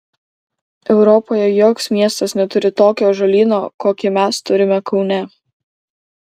europoje joks miestas neturi tokio ąžuolyno kokį mes turime kaune